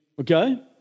Okay